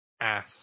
Ass